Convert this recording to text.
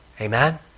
Amen